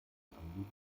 anliegen